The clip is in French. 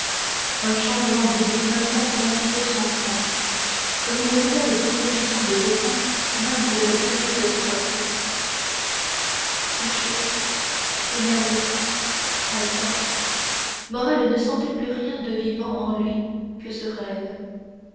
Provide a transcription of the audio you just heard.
un changement d'idées meubla pour ainsi dire son front comme une nouvelle disposition de dessins meuble le kaléidoscope couché énervé haletant morrel ne sentait plus rien de vivant en lui que ce rêve